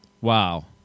Wow